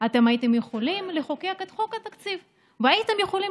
אתם הייתם יכולים לחוקק את חוק התקציב והייתם יכולים